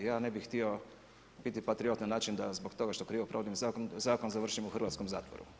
Ja ne bih htio biti patriot na način da zbog toga što krivo provodim zakon završim u hrvatskom zatvoru.